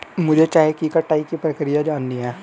मुझे चाय की कटाई की प्रक्रिया जाननी है